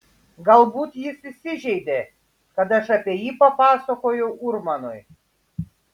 galbūt jis įsižeidė kad aš apie jį papasakojau urmanui